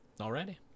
Already